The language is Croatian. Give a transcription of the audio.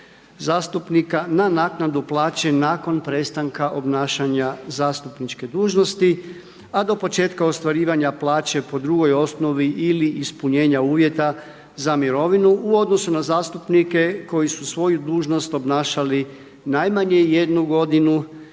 zastupnika na naknadu plaće nakon prestanka obnašanja zastupniče dužnosti, a do početka ostvarivanja plaće po drugoj osnovi ili ispunjenja uvjeta za mirovinu u odnosu na zastupnike koji su svoju dužnost obnašali najmanje jednu godinu